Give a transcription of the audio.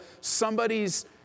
somebody's